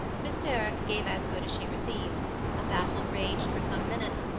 miss derrick gave as good as she received a battle raged for some minutes,